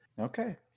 okay